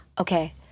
okay